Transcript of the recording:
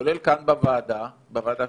כולל כאן בוועדה שלך,